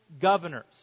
governors